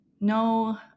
no